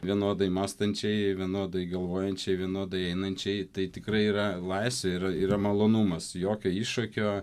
vienodai mąstančiai vienodai galvojančiai vienodai einančiai tai tikrai yra laisvė ir yra malonumas jokio iššūkio